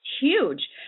huge